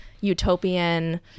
utopian